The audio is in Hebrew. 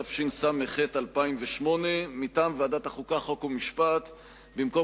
התשס"ח 2008. מטעם ועדת החוקה,